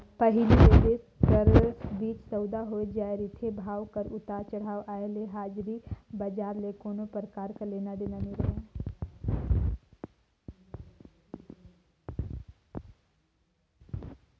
पहिली ले दुई देश कर बीच सउदा होए जाए रिथे, भाव कर उतार चढ़ाव आय ले हाजरी बजार ले कोनो परकार कर लेना देना नी रहें